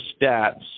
stats